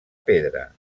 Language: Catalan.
pedra